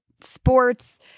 sports